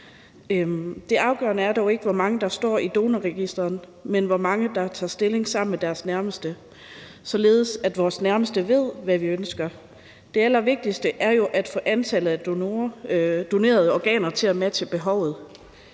Det afgørende er dog ikke, hvor mange der står i Donorregistret, men hvor mange der tager stilling sammen med deres nærmeste, således at vores nærmeste ved, hvad vi ønsker. Det allervigtigste er jo at få antallet af donerede organer til at matche behovet.